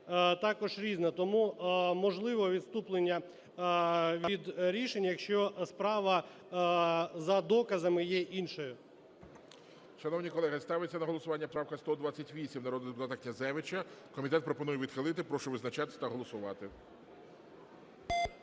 також різна, тому можливо відступлення від рішень, якщо справа за доказами є іншою. ГОЛОВУЮЧИЙ. Шановні колеги, ставиться на голосування правка 128 народного депутата Князевича, комітет пропонує відхилити. Прошу визначатися та голосувати.